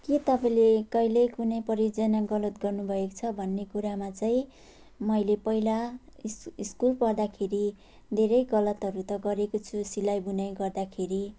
के तपाईँले कहिले कुनै परियोजना गलत गर्नुभएको छ भन्ने कुरामा चाहिँ मैले पहिला इस स्कुल पढ्दाखेरि धेरै गलतहरू गरेको छु सिलाइ बुनाइ गर्दाखेरि